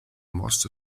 most